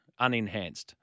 unenhanced